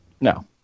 No